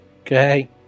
Okay